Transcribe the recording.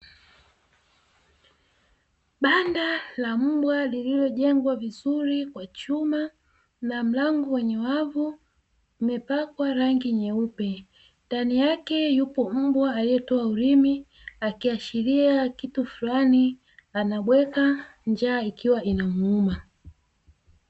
Banda la mbwa lililojengwa vizuri kwa chuma na mlango wenye wavu, umepakwa rangi nyeupe ndani yake yupo mbwa alietoa ulimi akiashiria kitu fulani, anabweka njaa ikiwa inamuuma.